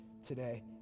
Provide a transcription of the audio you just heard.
today